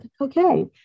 okay